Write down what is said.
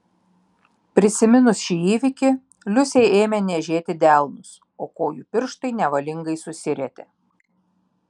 prisiminus šį įvykį liusei ėmė niežėti delnus o kojų pirštai nevalingai susirietė